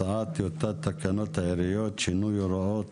על סדר היום הצעת טיוטת תקנות העיריות (שינוי הוראות